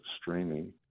streaming